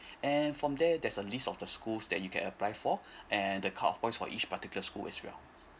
and from there there's a list of the schools that you can apply for and the cut off point for each particular school as well